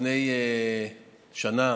לפני שנה,